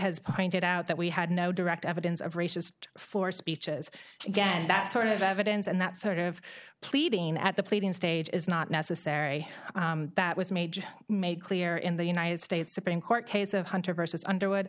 has pointed out that we had no direct evidence of racist four speeches again and that sort of evidence and that sort of pleading at the pleading stage is not necessary that was made made clear in the united states supreme court case of hunter versus underwood